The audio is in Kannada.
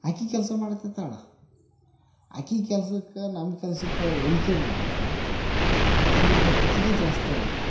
ಆಕೆ ಕೆಲಸ ಮಾಡ್ತಿರ್ತಾಳೆ ಆಕೆ ಕೆಲ್ಸಕ್ಕೆ ನಮ್ಮ ಕೆಲ್ಸಕ್ಕೆ ಹೋಲ್ಕೆ ಮಾಡಿದ್ರೆ ಅದು ಆಕೆದೇ ಜಾಸ್ತಿ ಆಗತ್ತೆ